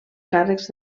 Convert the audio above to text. càrrecs